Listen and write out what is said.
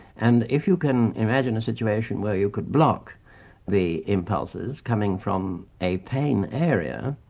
and if you can imagine a situation where you can block the impulses coming from a pain area,